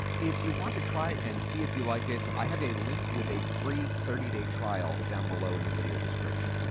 if you want to try it and see if you like it, i have a link with a free thirty day trial down below in the video description.